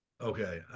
Okay